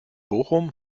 bochum